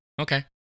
Okay